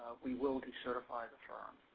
we will decertify the firm.